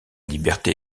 liberté